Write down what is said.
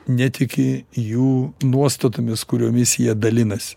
netiki jų nuostatomis kuriomis jie dalinasi